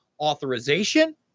authorization